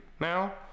now